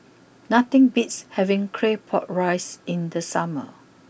nothing beats having Claypot Rice in the summer